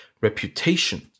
Reputation